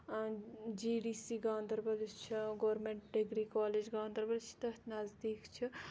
جی D C Ganderbal یُس چھُ government degree college Ganderbal یہِ چھُ تٔتۍ نزدیٖک چھُ